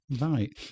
Right